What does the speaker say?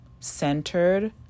centered